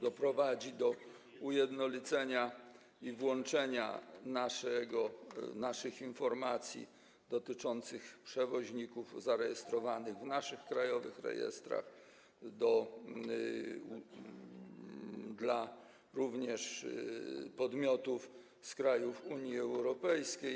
Doprowadzi on do ujednolicenia systemu i włączenia do systemu naszych informacji dotyczących przewoźników zarejestrowanych w naszych krajowych rejestrach, jak również podmiotów z krajów Unii Europejskiej.